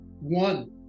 one